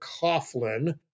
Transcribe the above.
Coughlin